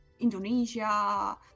Indonesia